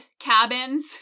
cabins